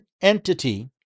entity